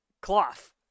Cloth